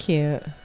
Cute